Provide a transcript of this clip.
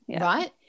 right